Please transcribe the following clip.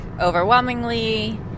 overwhelmingly